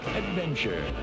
adventure